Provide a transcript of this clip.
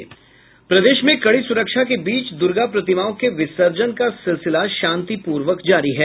प्रदेश में कड़ी सुरक्षा के बीच दुर्गा प्रतिमाओं के विसर्जन का सिलसिला शांतिपूर्वक जारी है